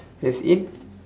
as in